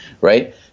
right